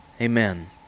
Amen